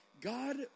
God